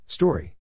Story